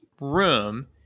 room